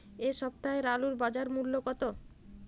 এ সপ্তাহের আলুর বাজার মূল্য কত?